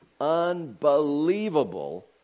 Unbelievable